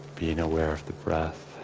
being aware of the breath